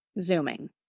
Zooming